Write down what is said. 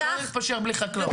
ולא נתפשר בלי חקלאות.